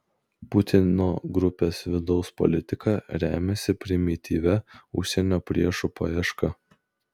putino grupės vidaus politika remiasi primityvia užsienio priešų paieška